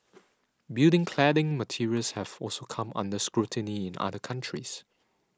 building cladding materials have also come under scrutiny in other countries